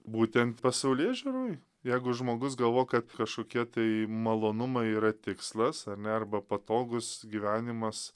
būtent pasaulėžiūroj jeigu žmogus galvo kad kašokie tai malonumai yra tikslas ar ne arba patogus gyvenimas